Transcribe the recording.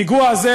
הפיגוע הזה,